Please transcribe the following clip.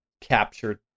captured